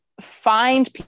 find